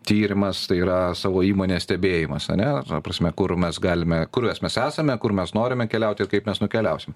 tyrimas tai yra savo įmonės stebėjimas ane ta prasme kur mes galime kur mes esame kur mes norime keliauti ir kaip mes nukeliausim